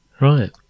right